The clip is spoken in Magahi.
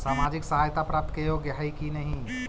सामाजिक सहायता प्राप्त के योग्य हई कि नहीं?